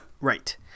Right